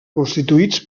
constituïts